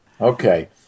Okay